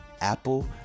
apple